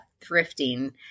thrifting